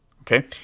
okay